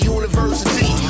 university